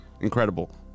Incredible